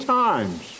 times